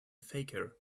faker